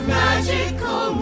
magical